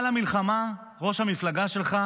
בגלל המלחמה ראש המפלגה שלך